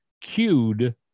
cued